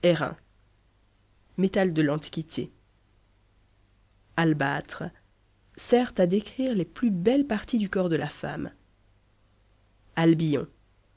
métal de l'antiquité albâtre sert à décrire les plus belles parties du corps de la femme albion